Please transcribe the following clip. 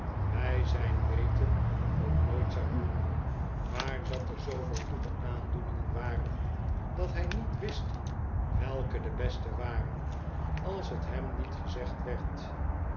bij zijn weten ook nooit zou doen maar dat er zooveel goede aandoeningen waren dat hij niet wist welke de beste waren als het hem niet gezegd werd